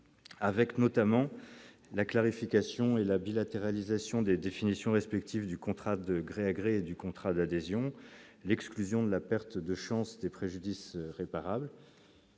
avec notamment la clarification et la bilatérales isolation des définitions respectif du contrat de gré à gré du contrat d'adhésion, l'exclusion de la perte de chance des préjudice réparable.